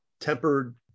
tempered